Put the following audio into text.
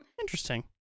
Interesting